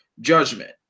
judgment